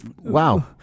Wow